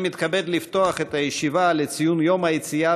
אני מתכבד לפתוח את הישיבה לציון יום היציאה